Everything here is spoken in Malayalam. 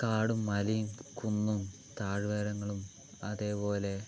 കാടും മലയും കുന്നും താഴ്വാരങ്ങളും അതുപോലെ